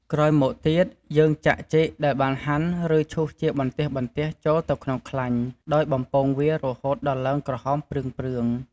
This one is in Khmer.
ក្រោយមកទៀត យើងចាក់ចេកចែលបានហាន់ ឬ ឈូសជាបន្ទះៗចូលទៅក្នុងខ្លាញ់ ដោយបំពងវារហូតដល់ឡើងក្រហមព្រឿងៗ។